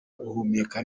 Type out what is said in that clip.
guhumeka